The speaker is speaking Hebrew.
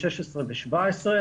2016 ו-2017.